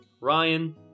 Ryan